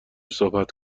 صحبت